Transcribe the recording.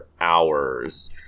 hours